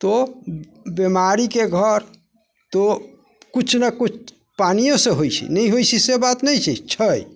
तो ब बीमारीके घर तो कुछ नहि कुछ पानियो सँ होइ छै नहि होइ छै से बात नहि होइ छै छै